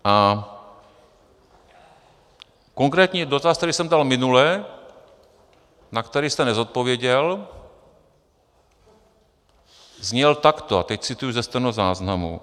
A konkrétní dotaz, který jsem dal minule, na který jste nezodpověděl, zněl takto a teď cituji ze stenozáznamu: